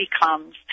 becomes